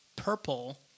purple